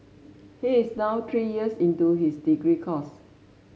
he is now three years into his degree course